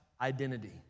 identity